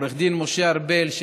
עו"ד משה ארבל,